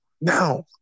Now